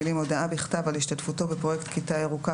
המילים "הודעה בכתב על השתתפותו בפרויקט כיתה ירוקה,